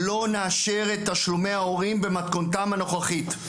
"לא נאשר את תשלומי ההורים במתכונתם הנוכחית".